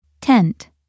tent